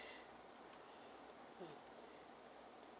mm